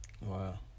Wow